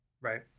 right